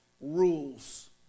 rules